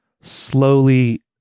slowly